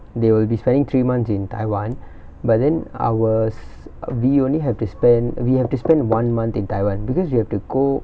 they will be spending three months in taiwan but then our s~ we only have to spend we have to spend one month in taiwan because we have to go